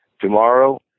tomorrow